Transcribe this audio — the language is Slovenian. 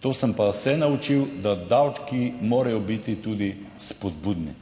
To sem pa se naučil, da davki morajo biti tudi spodbudni.